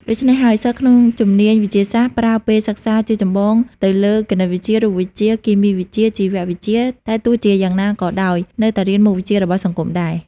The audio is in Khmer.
ដូច្នេះហើយសិស្សក្នុងជំនាញវិទ្យាសាស្ត្រប្រើពេលសិក្សាជាចម្បងទៅលើគណិតវិទ្យា រូបវិទ្យា គីមីវិទ្យា ជីវវិទ្យា តែទោះជាយ៉ាងណាក៏នៅតែរៀនមុខវិជា្ជរបស់សង្គមដែរ ។